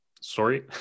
sorry